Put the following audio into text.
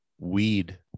Weed